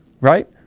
right